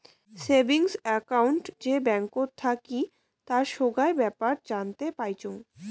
savings account যে ব্যাঙ্কত থাকি তার সোগায় বেপার জানতে পাইচুঙ